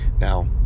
Now